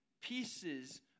pieces